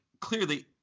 clearly